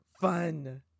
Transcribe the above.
Fun